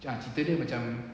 ah cerita dia macam